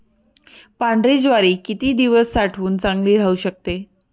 पांढरी ज्वारी किती दिवस साठवून चांगली राहू शकते?